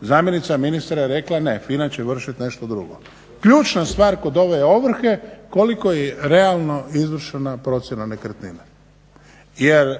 zamjenica ministra je rekla ne, FINA će vršit nešto drugo. Ključna stvar kod ove ovrhe, koliko je realno izvršena procjena nekretnine. Jer